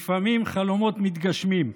לפעמים חלומות מתגשמים.